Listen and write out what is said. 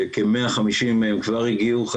כ-150 מהם כבר הגיעו.